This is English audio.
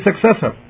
successor